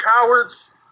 cowards